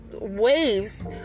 waves